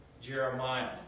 Jeremiah